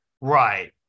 Right